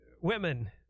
women